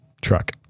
Truck